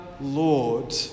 Lord